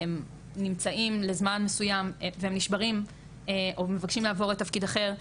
הם נמצאים לזמן מסוים והם נשברים או מבקשים לעבור לתפקיד אחר,